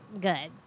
good